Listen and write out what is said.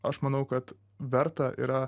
aš manau kad verta yra